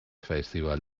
festival